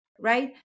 right